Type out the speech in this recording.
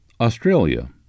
Australia